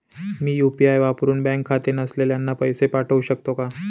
मी UPI वापरुन bank खाते नसलेल्यांना पैसे पाठवू शकते का?